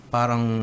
parang